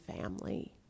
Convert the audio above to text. family